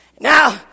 Now